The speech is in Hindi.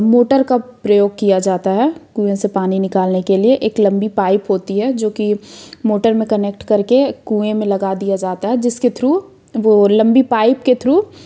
मोटर का प्रयोग किया जाता है कुएँ से पानी निकलने के लिए एक लंबी पाइप होती है जो कि मोटर में कनेक्ट करके कुएँ में लगा दिया जाता है जिसके थ्रू वो लंबी पाइप के थ्रू